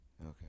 okay